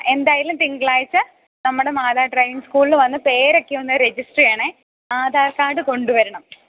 എന്തായാലും തിങ്കളാഴ്ച നമ്മുടെ മാതാ ഡ്രൈവിംഗ് സ്കൂളിൽ വന്ന് പേരൊക്കെ ഒന്ന് രജിസ്റ്റർ ചെയ്യാണേ ആധാർ കാർഡ് കൊണ്ടു വരണം